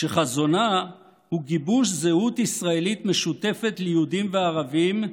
שחזונה הוא גיבוש זהות ישראלית משותפת ליהודים וערבים,